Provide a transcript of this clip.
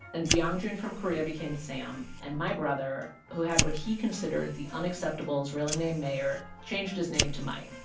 and byong joon from korea became sam. and my brother, who had what he considered the unacceptable israeli name meir, changed his name to mike.